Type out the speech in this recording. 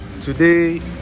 today